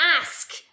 Ask